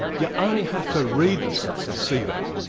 yeah only have to read the stuff to see that.